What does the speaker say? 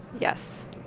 Yes